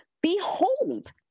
Behold